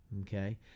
okay